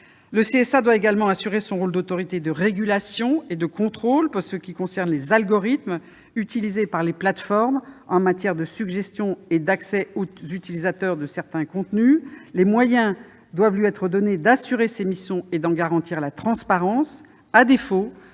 Le CSA doit également assurer son rôle d'autorité de régulation et de contrôle pour ce qui concerne les algorithmes utilisés par les plateformes en matière de suggestion et d'accès aux utilisateurs de certains contenus. Les moyens doivent lui être donnés d'assurer ces missions et d'en garantir la transparence. À défaut,